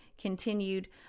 continued